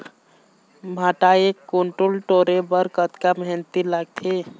भांटा एक कुन्टल टोरे बर कतका मेहनती लागथे?